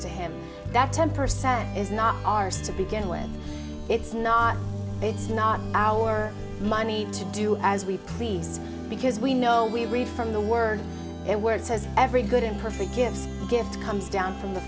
to him and that ten percent is not ours to begin with it's not it's not our money to do as we please because we know we re from the word and word says every good and perfect gift gift comes down from the